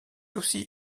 aussi